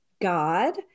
God